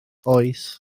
oes